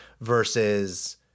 versus